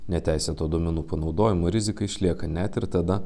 neteisėto duomenų panaudojimo rizika išlieka net ir tada